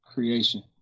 Creation